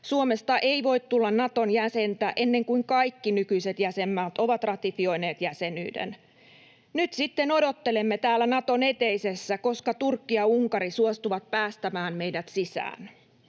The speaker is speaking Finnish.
Suomesta ei voi tulla Naton jäsentä ennen kuin kaikki nykyiset jäsenmaat ovat ratifioineet jäsenyyden. Nyt sitten odottelemme täällä Naton eteisessä, koska Turkki ja Unkari suostuvat päästämään meidät sisään.